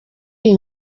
iyi